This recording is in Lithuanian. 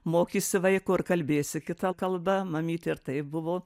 mokysi vaiko ir kalbėsi kita kalba mamytė ir taip buvo